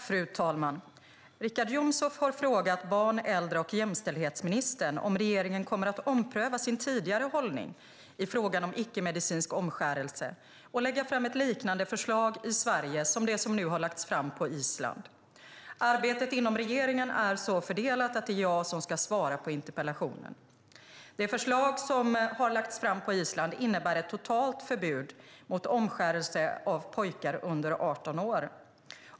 Fru talman! Richard Jomshof har frågat barn-, äldre och jämställdhetsministern om regeringen kommer att ompröva sin tidigare hållning i frågan om icke-medicinsk omskärelse och lägga fram ett liknande förslag i Sverige som det som nu har lagts fram på Island. Arbetet inom regeringen är så fördelat att det är jag som ska svara på interpellationen. Det förslag som har lagts fram på Island innebär ett totalt förbud mot omskärelse av pojkar under 18 år.